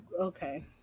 okay